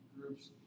groups